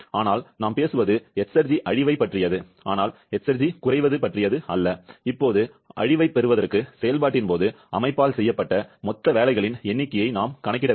ஆனால் நாம் பேசுவது எஸ்ர்ஜி அழிவைப் பற்றியது ஆனால் எஸ்ர்ஜி குறைவது அல்ல இப்போது அழிவு அழிவைப் பெறுவதற்கு செயல்பாட்டின் போது அமைப்பால் செய்யப்பட்ட மொத்த வேலைகளின் எண்ணிக்கையை நாம் கணக்கிட வேண்டும்